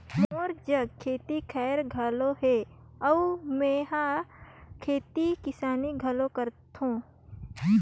मोर जघा खेत खायर घलो हे अउ मेंहर खेती किसानी घलो करथों